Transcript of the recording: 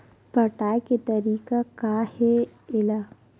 पटाय के तरीका का हे एला?